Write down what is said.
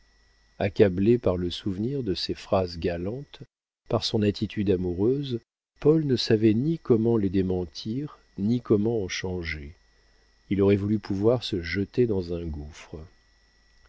accablé par le souvenir de ses phrases galantes par son attitude amoureuse paul ne savait ni comment les démentir ni comment en changer il aurait voulu pouvoir se jeter dans un gouffre